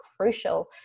crucial